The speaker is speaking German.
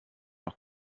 noch